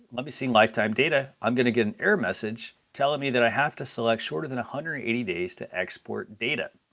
let me see lifetime data, i'm gonna get an error message telling me that i have to select shorter than one hundred and eighty days to export data.